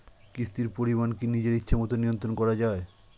কিস্তির পরিমাণ কি নিজের ইচ্ছামত নিয়ন্ত্রণ করা যায়?